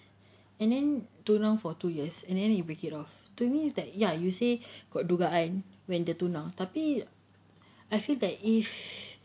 and then tunang for two years and then you break it off to me is that ya you say got dugaan when they tunang tapi I feel that if